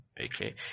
Okay